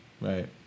Right